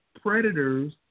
Predators